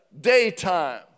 daytime